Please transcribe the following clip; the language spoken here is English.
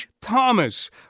Thomas